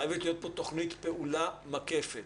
חייבת להיות פה תוכנית פעולה מקפת.